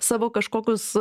savo kažkokius